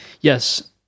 Yes